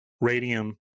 radium